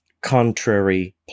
contrary